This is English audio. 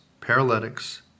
paralytics